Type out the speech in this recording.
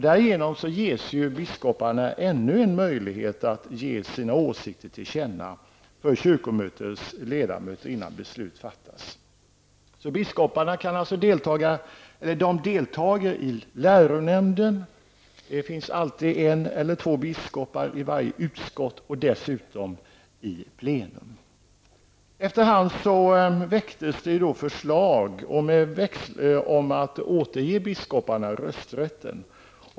Därigenom ges biskoparna ännu en möjlighet att ge sina åsikter till känna för kyrkomötets ledamöter innan beslut fattas. Biskoparna deltar alltså i läronämnden, och det finns alltid en eller två biskopar i varje utskott. Dessutom deltar de i plenum. Efter hand väcktes förslag i kyrkomötet om att återge biskoparna rösträtt.